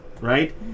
Right